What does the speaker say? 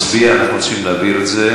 חבר הכנסת טלב אבו עראר,